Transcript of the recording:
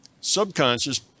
subconscious